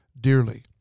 Dearly